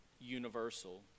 universal